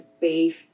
beef